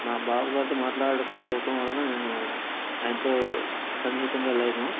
మా బావగారితో మాట్లాడకపోవడం వలన నేను ఆయనతో సన్నిహితంగా లేను